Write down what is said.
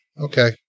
Okay